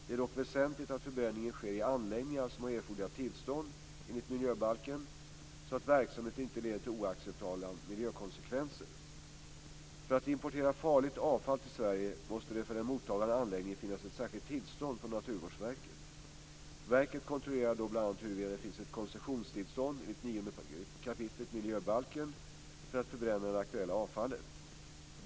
Det är dock väsentligt att förbränningen sker i anläggningar som har erforderliga tillstånd enligt miljöbalken så att verksamheten inte leder till oacceptabla miljökonsekvenser. För att få importera farligt avfall till Sverige måste det för den mottagande anläggningen finnas ett särskilt tillstånd från Naturvårdsverket. Verket kontrollerar då bl.a. huruvida det finns ett koncessionstillstånd enligt 9 kap. miljöbalken för att förbränna det aktuella avfallet.